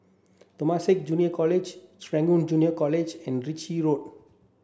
Temasek Junior College Serangoon Junior College and Ritchie Road